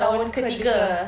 tahun ketiga